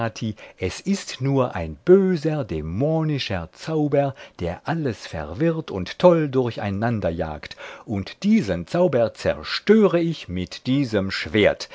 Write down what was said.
es ist nur ein böser dämonischer zauber der alles verwirrt und toll durcheinanderjagt und diesen zauber zerstöre ich mit diesem schwert